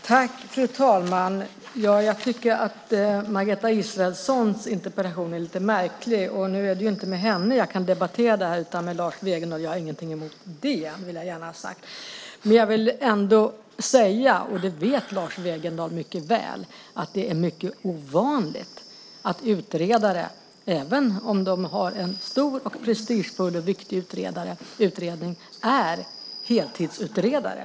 Fru talman! Jag tycker att Margareta Israelssons interpellation är lite märklig. Nu är det inte med henne som jag kan debattera den utan med Lars Wegendal. Jag har ingenting emot det. Det vill jag ha sagt. Lars Wegendal vet mycket väl att det är mycket ovanligt att utredare, även om de har en stor, viktig och prestigefull utredning, är heltidsutredare.